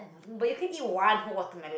but you can eat one whole watermelon